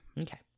Okay